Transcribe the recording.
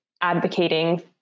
advocating